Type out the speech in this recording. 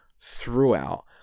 throughout